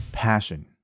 passion